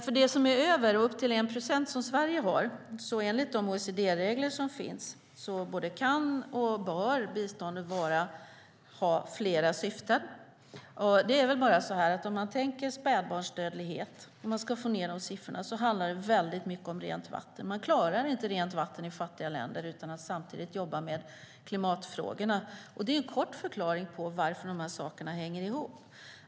Det som blir över av biståndet upp till 1 procent, som Sverige har, både kan och bör enligt de OECD-regler som finns ha flera syften. Ska vi exempelvis få ned siffrorna för spädbarnsdödlighet handlar det om rent vatten. Men man uppnår inte rent vatten i fattiga länder utan att samtidigt jobba med klimatfrågorna. Det är en kort förklaring till varför dessa saker hänger ihop.